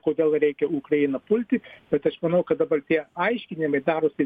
kodėl reikia ukrainą pulti bet aš manau kad dabar tie aiškinimai darosi